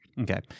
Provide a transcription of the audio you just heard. okay